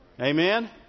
Amen